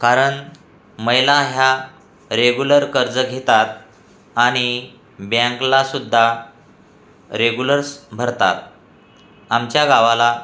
कारण महिला ह्या रेगुलर कर्ज घेतात आणि बँकलासुद्धा रेगुलस भरतात आमच्या गावाला